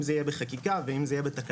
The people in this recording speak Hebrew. אם זה יהיה בחקיקה ואם זה יהיה בתקנות,